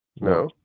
No